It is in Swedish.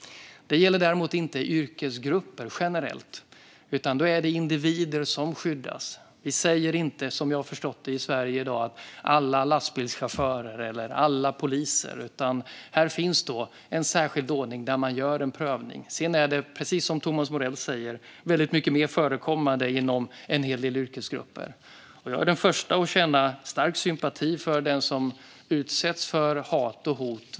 Det gäller däremot inte yrkesgrupper generellt. Det är individer som skyddas. Vi talar inte, som jag har förstått det, i Sverige i dag om alla lastbilschaufförer eller alla poliser. Här finns en särskild ordning där man gör en prövning. Sedan är detta, precis som Thomas Morell säger, väldigt mycket mer förekommande i en del yrkesgrupper. Jag är den förste att känna stark sympati för den som utsätts för hat och hot.